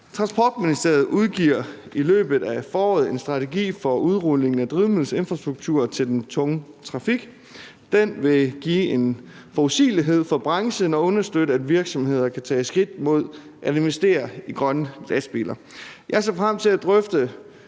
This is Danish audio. Transportministeriet udgiver i løbet af foråret en strategi for udrulning af drivmiddelinfrastruktur til den tunge trafik. Den vil give en forudsigelighed for branchen og understøtte, at virksomheder kan tage skridt mod at investere i grønne lastbiler. Jeg ser frem til at drøfte